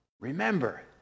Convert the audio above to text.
Remember